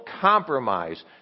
compromise